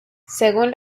según